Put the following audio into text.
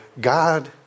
God